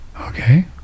Okay